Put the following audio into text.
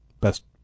Best